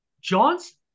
John's